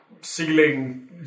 ceiling